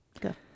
Go